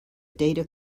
data